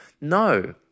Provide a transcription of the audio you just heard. No